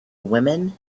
women